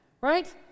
right